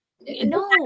No